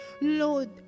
Lord